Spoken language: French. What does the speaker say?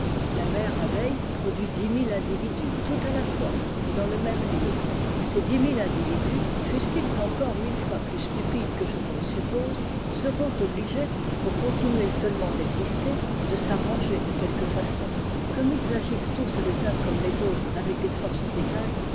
la mère abeille produit dix mille individus tout à la fois et dans le même lieu ces dix mille individus fussent-ils encore mille fois plus sjl pides que je ne le suppose seront obligés po continuer seulement d'exister de s'arranger de quelque façon comme ils agissent tous les uns comme les autres avec des forces égales